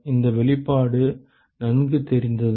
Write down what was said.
இந்த வெளிப்பாடு நன்கு தெரிந்ததா